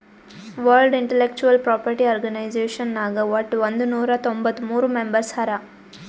world intellectual property organization ನಾಗ್ ವಟ್ ಒಂದ್ ನೊರಾ ತೊಂಬತ್ತ ಮೂರ್ ಮೆಂಬರ್ಸ್ ಹರಾ